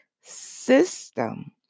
system